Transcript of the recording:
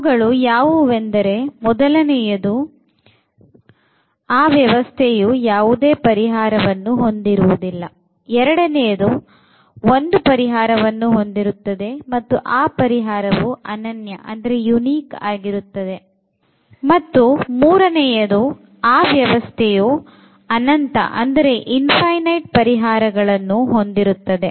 ಅವುಗಳು ಯಾವುವೆಂದರೆ ಮೊದಲನೆಯದು ವ್ಯವಸ್ಥೆಯು ಯಾವುದೇ ಪರಿಹಾರವನ್ನು ಹೊಂದಿರುವುದಿಲ್ಲ ಎರಡನೆಯದು ಒಂದು ಪರಿಹಾರವನ್ನು ಹೊಂದಿರುತ್ತದೆ ಮತ್ತು ಆ ಪರಿಹಾರವು ಅನನ್ಯವಾಗಿರುತ್ತದೆ ಮತ್ತು ಮೂರನೆಯದು ವ್ಯವಸ್ಥೆ ಯು ಅನಂತ ಪರಿಹಾರಗಳನ್ನು ಹೊಂದಿರುತ್ತದೆ